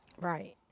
Right